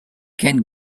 can